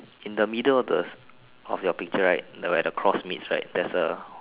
in the middle of the of your picture right there at the cross midst right there's a